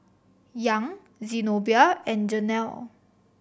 Young Zenobia and Jenelle